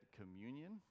communion